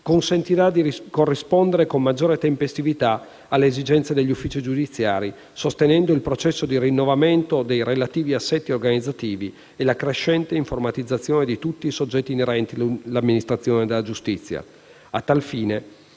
consentirà di corrispondere con maggiore tempestività alle esigenze degli uffici giudiziari, sostenendo il processo di rinnovamento dei relativi assetti organizzativi e la crescente informatizzazione di tutti i servizi inerenti l'amministrazione della giustizia. Al fine